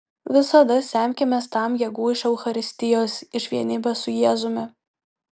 visada semkimės tam jėgų iš eucharistijos iš vienybės su jėzumi